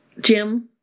Jim